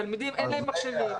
תלמידים, אין להם מחשבים.